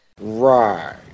Right